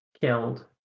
killed